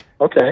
okay